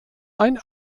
ein